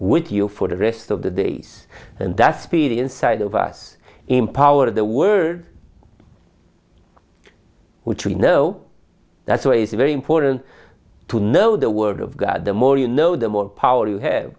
with you for the rest of the days and that's the inside of us empower the word which we know that's why it's very important to know the word of god the more you know the more power you have